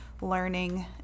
learning